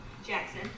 jackson